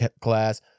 class